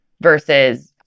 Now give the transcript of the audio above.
versus